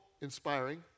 inspiring